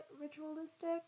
ritualistic